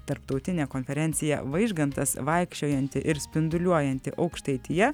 tarptautinė konferencija vaižgantas vaikščiojanti ir spinduliuojanti aukštaitija